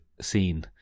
scene